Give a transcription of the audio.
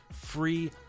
free